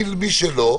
מי שלא,